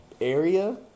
area